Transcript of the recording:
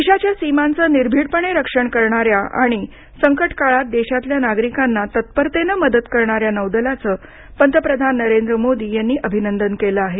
देशाच्या सीमाचं निर्भीडपणे रक्षण करणाऱ्या आणि संकट काळात देशातल्या नागरिकांना तत्परतेनं मदत करणाऱ्या नौदलाचं पंतप्रधान नरेंद्र मोदी यांनी अभिनंदन केलं आहे